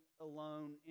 alone